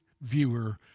viewer